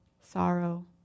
sorrow